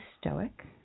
stoic